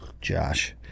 Josh